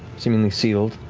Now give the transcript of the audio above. seemingly sealed.